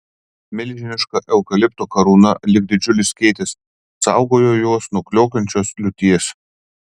milžiniška eukalipto karūna lyg didžiulis skėtis saugojo juos nuo kliokiančios liūties